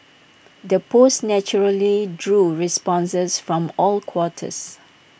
the post naturally drew responses from all quarters